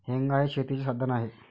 हेंगा हे शेतीचे साधन आहे